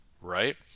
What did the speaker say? Right